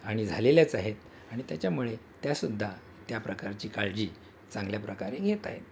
आणि झालेल्याच आहेत आणि त्याच्यामुळे त्यासुद्धा त्या प्रकारची काळजी चांगल्या प्रकारे घेत आहेत